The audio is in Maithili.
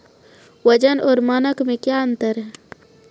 वजन और मानक मे क्या अंतर हैं?